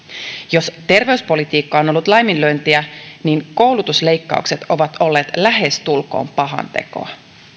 jos terveyspolitiikka on ollut laiminlyöntiä niin koulutusleikkaukset ovat olleet lähestulkoon pahantekoa